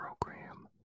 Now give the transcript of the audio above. program